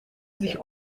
sich